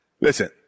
listen